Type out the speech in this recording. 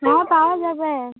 হ্যাঁ পাওয়া যাবে